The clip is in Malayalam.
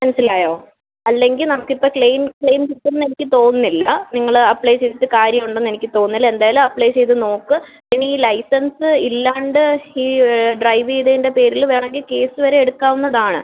മനസ്സിലായോ അല്ലെങ്കിൽ നമുക്ക് ഇപ്പോൾ ക്ലെയിം ക്ലെയിം കിട്ടുമെന്ന് എനിക്ക് തോന്നുന്നില്ല നിങ്ങൾ അപ്ലൈ ചെയ്തിട്ട് കാര്യം ഉണ്ടെന്ന് എനിക്ക് തോന്നുന്നില്ല എന്തായാലും അപ്ലൈ ചെയ്ത് നോക്ക് പിന്നെ ഈ ലൈസൻസ് ഇല്ലാണ്ട് ഈ ഡ്രൈവ് ചെയ്തതിൻ്റെ പേരിൽ വേണമെങ്കിൽ കേസ് വരെ എടുക്കാവുന്നതാണ്